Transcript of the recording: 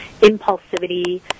impulsivity